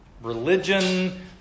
religion